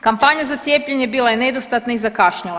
Kampanja za cijepljenje bila je nedostatna i zakašnjela.